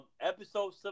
Episode